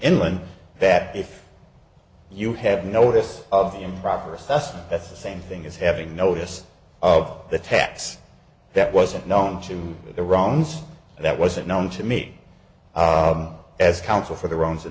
anyone that if you have notice of the improper assessment that's the same thing as having notice of the tax that wasn't known to the wrong that wasn't known to me as counsel for the runs in